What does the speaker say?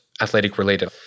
athletic-related